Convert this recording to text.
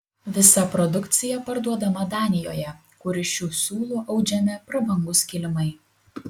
visa produkcija parduodama danijoje kur iš šių siūlų audžiami prabangūs kilimai